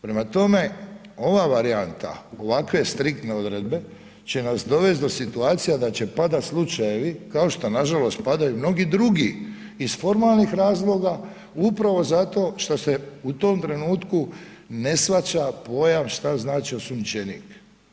Prema tome, ova varijanta ovakve striktno odredbe će nas dovesti do situacija da će padat slučajevi kao što nažalost padaju mnogi drugi iz formalnih razloga upravo zato što se u tom trenutku ne shvaća pojam šta znači osumnjičenik.